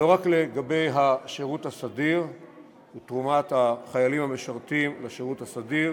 לא רק לגבי השירות הסדיר ותרומת החיילים המשרתים לשירות הסדיר,